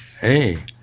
Hey